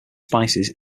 spices